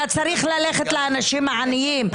היה צריך ללכת לאנשים העניים.